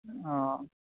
ᱚᱸᱻ